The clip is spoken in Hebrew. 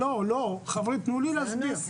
לא! חברים תנו לי להסביר.